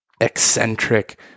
eccentric